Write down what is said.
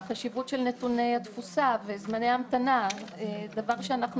החשיבות של נתוני התפוסה וזמני המתנה - דבר שאנחנו